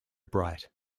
bright